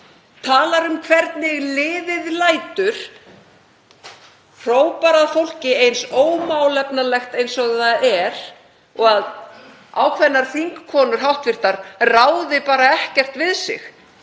talar um hvernig liðið lætur, hrópar að fólki: „eins ómálefnalegt og það er“, og að ákveðnar hv. þingkonur ráði bara ekkert við sig.